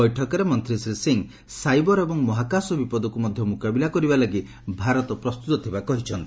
ବୈଠକରେ ମନ୍ତୀ ଶ୍ରୀ ସିଂହ ସାଇବର ଏବଂ ମହାକାଶ ବିପଦକୁ ମଧ୍ଧ ମୁକାବିଲା କରିବା ଲାଗି ଭାରତ ପ୍ରସ୍ତୁତ ଥିବା କହିଛନ୍ତି